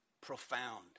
profound